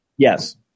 Yes